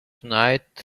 tonight